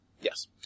Yes